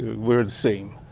we're the same.